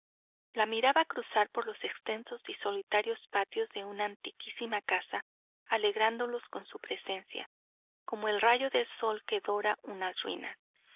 la miraba cruzar por los extensos y solitarios patios de la antiquísima casa alegrándolos con su presencia como el rayo del sol que dora unas ruinas